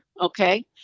okay